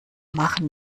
machen